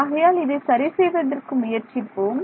ஆகையால் இதை சரிசெய்வதற்கு முயற்சிப்போம்